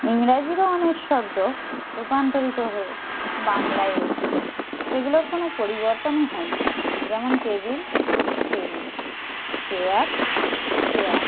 ইংরাজিরও অনেক শব্দ রূপান্তরিত হয়ে বাংলায় এসছে সেগুলোর কোনও পরিবর্তনই হয়নি যেমন টেবিল টেবিল চেয়ার চেয়ার